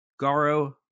Garo